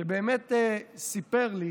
שבאמת סיפר לי